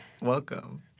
welcome